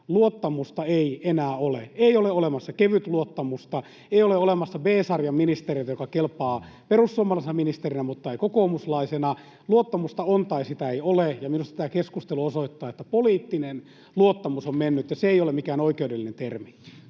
luottamusta ei enää ole. Ei ole olemassa kevytluottamusta, ei ole olemassa B-sarjan ministereitä, jotka kelpaavat perussuomalaisena ministerinä mutta eivät kokoomuslaisena. Luottamusta on tai sitä ei ole, ja minusta tämä keskustelu osoittaa, että poliittinen luottamus on mennyttä. Se ei ole mikään oikeudellinen termi.